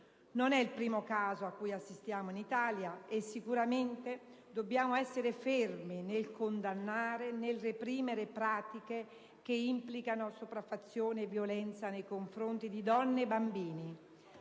Non è il primo caso cui assistiamo in Italia, e certamente dobbiamo essere fermi nel condannare e reprimere pratiche che implicano sopraffazione e violenza nei confronti di donne e bambini,